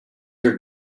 are